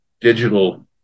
digital